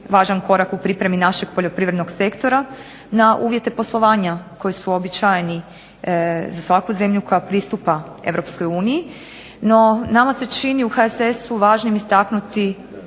važan korak u pripremi našeg poljoprivrednog sektora na uvjete poslovanja koji su uobičajeni za svaku zemlju koja pristupa Europskoj uniji. No, nama se čini u HSS-u važnim istaknuti